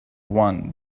one